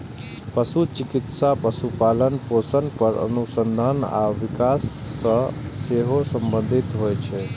पशु चिकित्सा पशुपालन, पोषण पर अनुसंधान आ विकास सं सेहो संबंधित होइ छै